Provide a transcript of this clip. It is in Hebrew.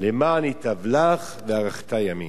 למען ייטב לך והארכת ימים".